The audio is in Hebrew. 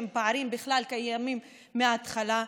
שהם פערים שקיימים בכלל מההתחלה,